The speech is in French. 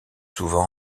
souvent